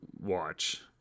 watch